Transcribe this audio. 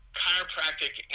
chiropractic